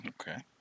Okay